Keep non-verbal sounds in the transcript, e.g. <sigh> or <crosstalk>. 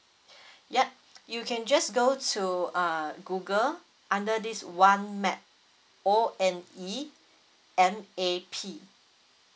<breath> yup you can just go to uh google under this one map O N E M A P